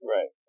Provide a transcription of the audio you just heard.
Right